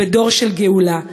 בדור של גאולה,